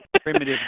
primitive